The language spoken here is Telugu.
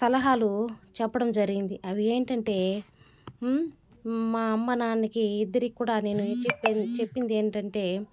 సలహాలు చెప్పడం జరిగింది అవి ఏంటంటే మా అమ్మ నాన్నకి ఇద్దరికీ కూడా చెప్పి చెప్పింది ఏంటంటే